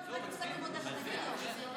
עשר דקות לרשותך.